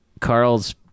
Carl's